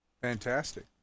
fantastic